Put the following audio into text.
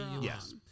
Yes